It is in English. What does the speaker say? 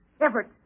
Everett